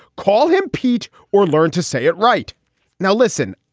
call him piech or learn to say it right now. listen,